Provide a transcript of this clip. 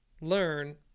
learn